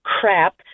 crap